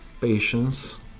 patience